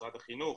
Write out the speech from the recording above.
משרד החינוך,